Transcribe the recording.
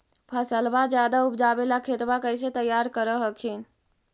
फसलबा ज्यादा उपजाबे ला खेतबा कैसे तैयार कर हखिन?